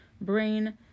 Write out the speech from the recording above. brain